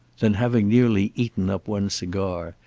then, having nearly eaten up one cigar,